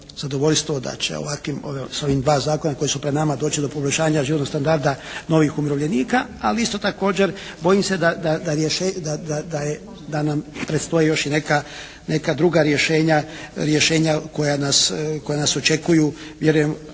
zadovoljstvo da će ovakvim, s ovim dva zakona koja su pred nama doći do poboljšanja životnog standarda novih umirovljenika ali isto također bojim se da, da je, da nam predstoje još i neka druga rješenja koja nas, koja nas očekuju